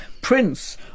Prince